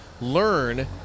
learn